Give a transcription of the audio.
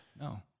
no